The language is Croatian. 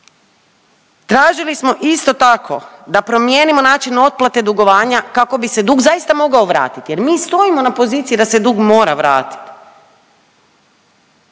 Tražili smo isto tako da promijenimo način otplate dugovanja kako bi se dug zaista mogao vratiti jer mi stojimo na poziciji da se dug mora vratit,